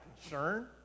concern